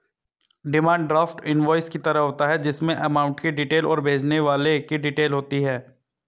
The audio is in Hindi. डिमांड ड्राफ्ट इनवॉइस की तरह होता है जिसमे अमाउंट की डिटेल और भेजने वाले की डिटेल होती है